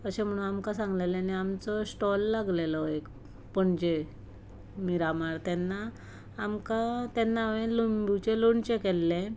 अशें म्हणून आमकां सांगलेलें आनी आमचो स्टॉल लागलेलो एक पणजे मिरामार तेन्ना आमकां तेन्ना हांवें लिंबुचें लोणचें केल्लें